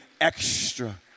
extra